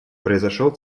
произошел